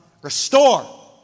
Restore